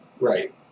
Right